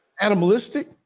Animalistic